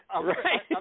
Right